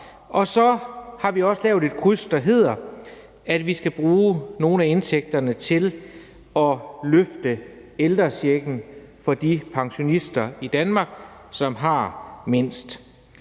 og så har vi også lavet et kryds, der hedder, at vi skal bruge nogle af indtægterne til at løfte ældrechecken for de pensionister i Danmark, som har mindst.